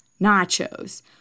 nachos